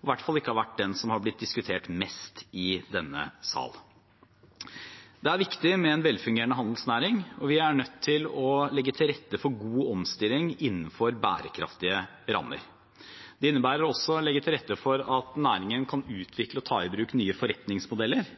og i hvert fall ikke vært den som har blitt diskutert mest i denne sal. Det er viktig med en velfungerende handelsnæring, og vi er nødt til å legge til rette for god omstilling innenfor bærekraftige rammer. Det innebærer å legge til rette for at næringen kan utvikle og ta i bruk nye forretningsmodeller,